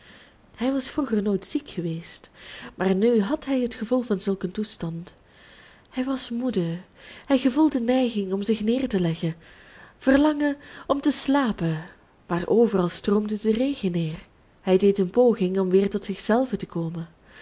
hij was vroeger nooit ziek geweest maar nu had hij het gevoel van zulk een toestand hij was moede hij gevoelde neiging om zich neer te leggen verlangen om te slapen maar overal stroomde de regen neer hij deed een poging om weer tot zich zelven te komen